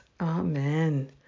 Amen